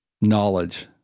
knowledge